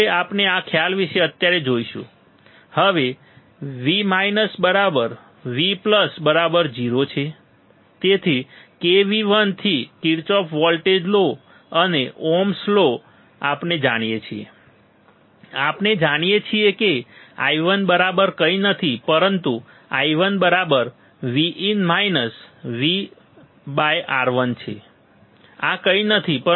હવે આપણે આ ખ્યાલ વિશે અત્યારે જોઈશું હવે V V0 છે તેથી K V1 થી કિર્ચોફ વોલ્ટેજ લો અને ઓહ્મ લો ohms law આપણે જાણીએ છીએ આપણે જાણીએ છીએ કે i1 બરાબર કંઈ નથી પરંતુ i1Vin-V R1 આ કંઈ નથી પરંતુ Vin બાય R1 V છે